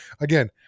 Again